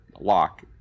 lock